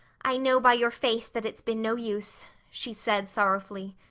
i know by your face that it's been no use, she said sorrowfully.